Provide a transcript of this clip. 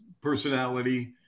personality